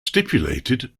stipulated